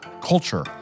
culture